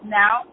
now